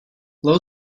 low